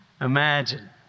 imagine